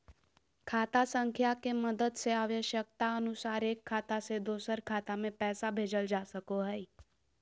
खाता संख्या के मदद से आवश्यकता अनुसार एक खाता से दोसर खाता मे पैसा भेजल जा सको हय